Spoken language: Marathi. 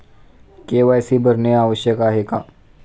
के.वाय.सी भरणे आवश्यक आहे का?